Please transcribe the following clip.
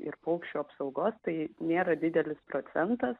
ir paukščių apsaugos tai nėra didelis procentas